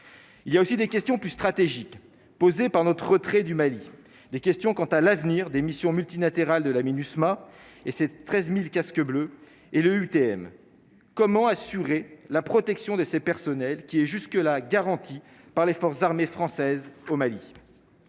il y a aussi des questions plus stratégiques posée par notre retrait du Mali des questions quant à l'avenir des missions multilatéral de la Minusma et ses 13000 casques bleus et l'EUTM comment assurer la protection de ses personnels qui est jusque là garantis par les forces armées françaises au Mali,